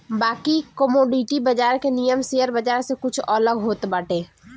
बाकी कमोडिटी बाजार के नियम शेयर बाजार से कुछ अलग होत बाटे